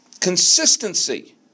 consistency